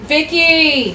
Vicky